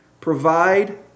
provide